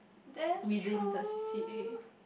that's true